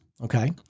okay